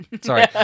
Sorry